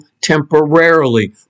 temporarily